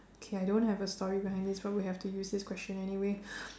okay I don't have a story behind this but we have to use this question anyway